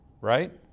right